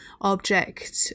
object